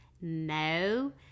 no